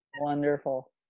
Wonderful